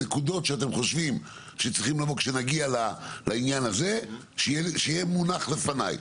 נקודות שאתם חושבים שצריכים לבוא כשנגיע לעניין הזה שיהיה מונח לפניי.